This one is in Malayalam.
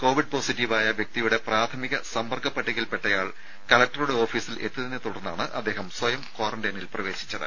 കോവിഡ് പോസിറ്റീവായ വ്യക്തിയുടെ പ്രാഥമിക സമ്പർക്ക പട്ടികയിൽപ്പെട്ടയാൾ കലക്ടറുടെ ഓഫീസിൽ എത്തിയതിനെത്തുടർന്നാണ് അദ്ദേഹം സ്വയം ക്വാറന്റൈനിൽ പ്രവേശിച്ചത്